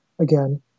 again